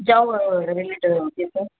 Java ரிலேட்டடா okay sir